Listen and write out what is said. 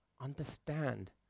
understand